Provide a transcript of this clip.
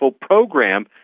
program